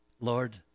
Lord